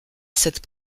cette